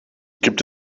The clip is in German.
gibt